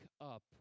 up